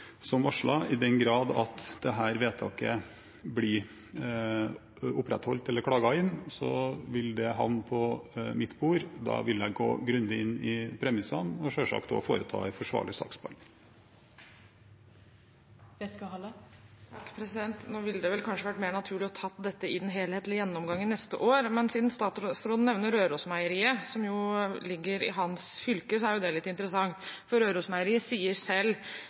i den grad dette vedtaket blir opprettholdt eller klaget inn, vil det havne på mitt bord, og da vil jeg gå grundig inn i premissene og selvsagt også foreta en forsvarlig saksbehandling. Nå ville det kanskje vært mer naturlig å ta dette i den helhetlige gjennomgangen neste år, men siden statsråden nevner Rørosmeieriet, som jo ligger i hans fylke, er det litt interessant.